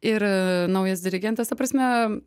ir a naujas dirigentas ta prasme